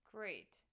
Great